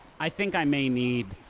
i think i may need.